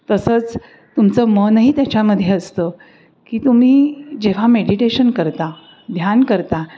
तसंच तुमचं मनही त्याच्यामध्ये असतं की तुम्ही जेव्हा मेडिटेशन करता ध्यान करता